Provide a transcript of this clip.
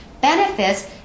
benefits